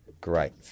Great